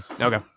Okay